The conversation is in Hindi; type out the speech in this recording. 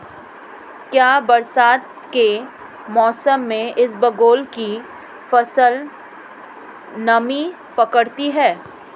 क्या बरसात के मौसम में इसबगोल की फसल नमी पकड़ती है?